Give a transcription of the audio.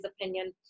opinion